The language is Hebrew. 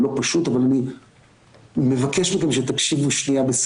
אם שאלתם את עצמכם למה שישה משתתפים אז זאת